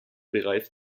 bereits